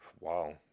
Wow